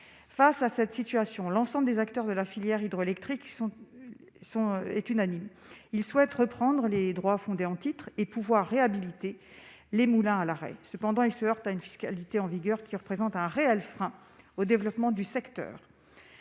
face à cette situation, l'ensemble des acteurs de la filière hydroélectrique sont son est unanime : il souhaite reprendre les droits fondée en titre et pouvoir réhabiliter les moulins à l'arrêt, cependant, il se heurte à une fiscalité en vigueur qui représentent un réel frein au développement du secteur,